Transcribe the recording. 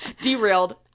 Derailed